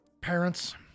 Parents